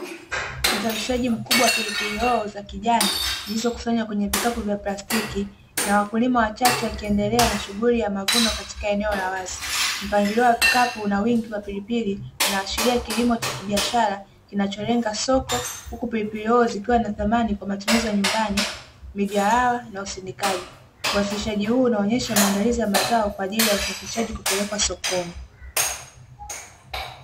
Uzalishaji mkubwa pilipili hoho za kijani zilizokusanya kwenye vikapu vya plastiki na wakulima wachache wakiendelea na shughuli ya mavuno katika eneo la wazi mpangilio wa kukapu na wingi wa pilipili unaashiria kilimo cha kibiashara kinacholenga soko biblia zikiwa na thamani kwa matumizi ya nyumbani ni vyao na usindikaji wasishaji huu unaonyesha maandalizi ya mazao kwa ajili ya usafishaji kupelekwa sokoni.